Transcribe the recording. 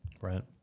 Right